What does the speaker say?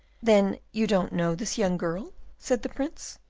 then you don't know this young girl? said the prince.